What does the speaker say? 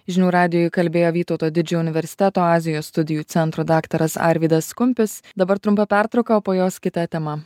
žinių radijui kalbėjo vytauto didžiojo universiteto azijos studijų centro daktaras arvydas kumpis dabar trumpa pertrauka o po jos kita tema